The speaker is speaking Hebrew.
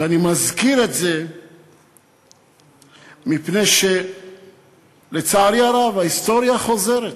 אני מזכיר את זה מפני שלצערי הרב ההיסטוריה חוזרת.